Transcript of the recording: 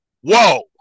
whoa